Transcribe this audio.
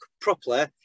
properly